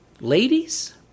Ladies